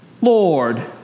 Lord